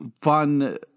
Fun